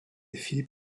philip